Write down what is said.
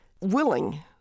willing